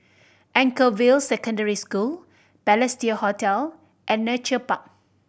Anchorvale Secondary School Balestier Hotel and Nature Park